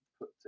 put